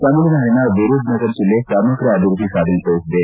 ತಮಿಳುನಾಡಿನ ವಿರುದುನಗರ್ ಜಿಲ್ಲೆ ಸಮಗ್ರ ಅಭಿವೃದ್ದಿ ಸಾಧನೆ ತೋರಿಸಿದೆ